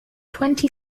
twenty